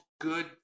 good